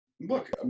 Look